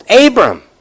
Abram